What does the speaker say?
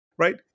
right